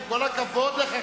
עם כל הכבוד לך,